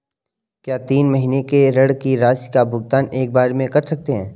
क्या तीन महीने के ऋण की राशि का भुगतान एक बार में कर सकते हैं?